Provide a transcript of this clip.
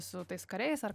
su tais kariais ar